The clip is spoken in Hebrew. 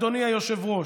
אדוני היושב-ראש,